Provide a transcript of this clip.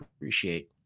appreciate